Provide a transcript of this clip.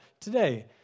today